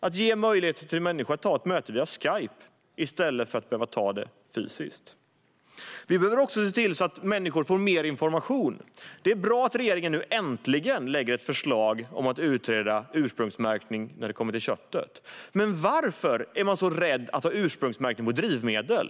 Det ger möjligheter för människor att ta ett möte via Skype i stället för att behöva ta det fysiskt. Vi behöver också se till att människor får mer information. Det är bra att regeringen nu äntligen lägger fram ett förslag om att utreda ursprungsmärkning av kött. Men varför är man så rädd för att ha ursprungsmärkning av drivmedel?